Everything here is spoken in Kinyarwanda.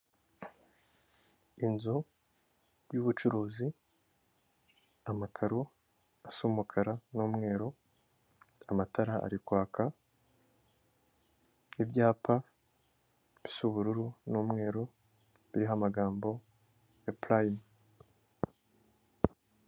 Inzu y'ubucuruzi, amakaro asa umukara n'umweru, amatara ari kwaka, ibyapa bisa ubururu n'umweru, biriho amagambo ya purayime.